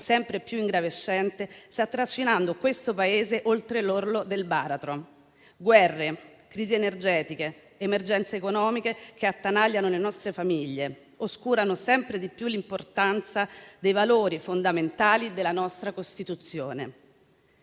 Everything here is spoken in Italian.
sempre più ingravescente, sta trascinando questo Paese oltre l'orlo del baratro, con guerre, crisi energetiche ed emergenze economiche che attanagliano le nostre famiglie e oscurano sempre di più l'importanza dei valori fondamentali della nostra Costituzione,